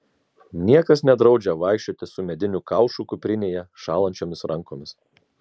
niekas nedraudžia vaikščioti su mediniu kaušu kuprinėje šąlančiomis rankomis